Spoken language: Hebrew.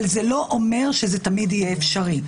אבל זה לא אומר שזה תמיד יהיה אפשרי.